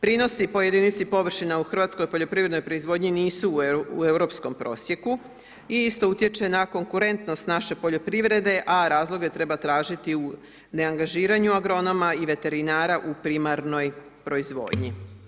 Prinosi po jedinici površina u hrvatskoj poljoprivrednoj proizvodnji nisu u europskom propisu i isto utječe na konkurentnost naše poljoprivrede a razloge treba tražiti u neangažiranju agronoma i veterinara u primarnoj proizvodnji.